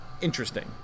interesting